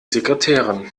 sekretärin